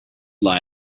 lie